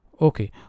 Okay